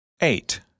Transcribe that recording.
eight